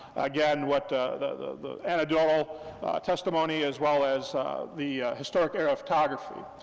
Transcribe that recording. again, what ah the the anecdotal testimony, as well as the historic aerial photography.